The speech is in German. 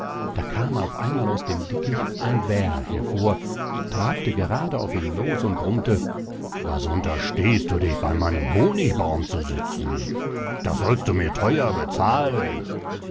da kam auf einmal aus dem dickicht ein bär hervor trabte gerade auf ihn los und brummte was unterstehst du dich bei meinem honigbaum zu sitzen das sollst du mir theuer bezahlen